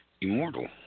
Immortal